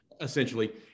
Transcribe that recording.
essentially